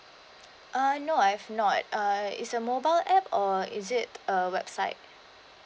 uh no I've not uh it's a mobile app or is it a website